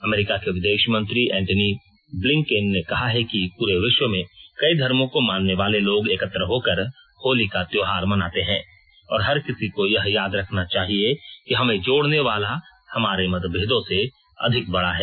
अमरीका के विदेश मंत्री एंटनी ब्लिंकेन ने कहा कि पूरे विश्व में कई धर्मों को मानने वार्ले लोग एकत्र होकर होली का त्योहार मनाते हैं और हर किसी को यह याद रखना चाहिए कि हमें जोड़ने वाला हमारे मतभेदों से अधिक बड़ा है